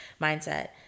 mindset